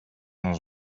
els